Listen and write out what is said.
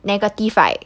negative right